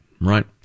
right